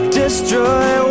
destroy